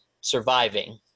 surviving